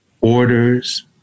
orders